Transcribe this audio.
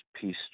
peace